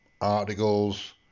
articles